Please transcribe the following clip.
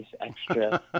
extra